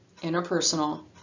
interpersonal